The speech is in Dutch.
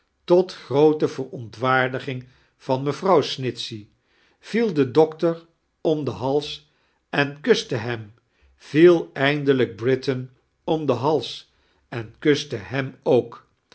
tot groote verontwaardiging van mevrouw snitchey viel den doctor am den hals en kuste hem viel eindelijk britain om den hals en kuste hem ook